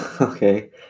Okay